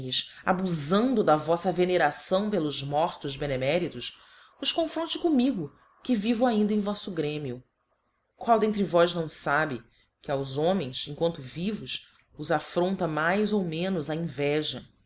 efchines abufando da voíta veneração pelos mortos beneméritos os confronte comigo que vivo ainda em voíto grémio qual d'entre vós não fabe que aos homens emquanto vivos os affronta mais ou menos a inveja